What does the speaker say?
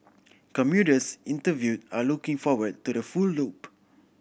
commuters interview are looking forward to the full loop